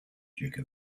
duke